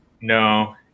No